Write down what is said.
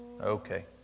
okay